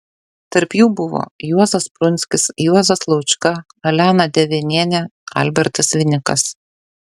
tarp jų buvo juozas prunskis juozas laučka alena devenienė albertas vinikas